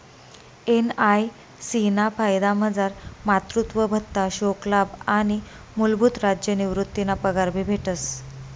NIC ना फायदामझार मातृत्व भत्ता, शोकलाभ आणि मूलभूत राज्य निवृतीना पगार भी भेटस